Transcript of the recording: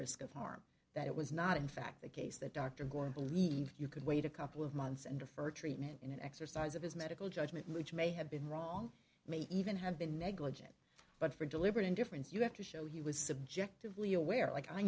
risk of harm that it was not in fact the case that dr gordon believed you could wait a couple of months and defer treatment in an exercise of his medical judgment which may have been wrong may even have been negligent but for deliberate indifference you have to show he was subjectively aware like i